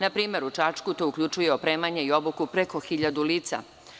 Na primer, u Čačku to uključuje opremanje i obuku preko hiljadu lica.